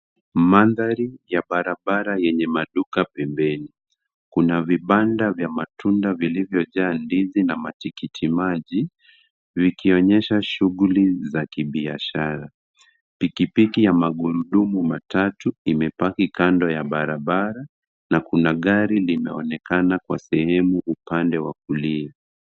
Mandhari ya barabara yenye maduka pembeni. Kuna vibanda vya matunda vilivyojaa ndizi na matikiti maji vikionyesha shughuli za kibiashara. Pikipiki ya magurudumu matatu imepaki kando ya barabara na kuna gari limeonekana kwa sehemu upande wa kulia.